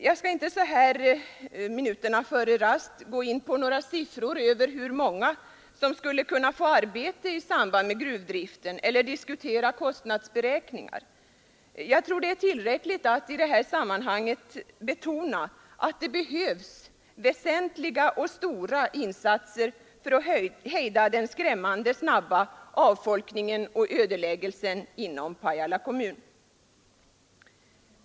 Jag skall nu inte gå in på några siffror över hur många som skulle kunna få arbete i samband med gruvdriften, och inte heller skall jag diskutera kostnadsberäkningarna. Jag tror det är tillräckligt att i sammanhanget betona att det behövs stora insatser för att hejda den skrämmande snabba avfolkningen och ödeläggelsen inom Pajala kommun.